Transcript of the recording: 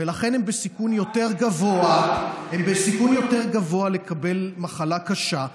ולכן הם בסיכון יותר גבוה לקבל מחלה קשה,